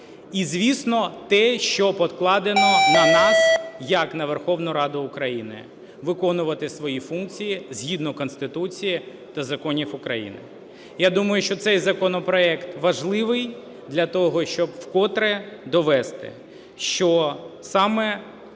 І звісно, те, що покладено на нас як на Верховну Раду України: виконувати свої функції згідно Конституції та законів України. Я думаю, що цей законопроект важливий для того, щоб вкотре довести, що саме